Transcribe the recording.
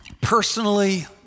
personally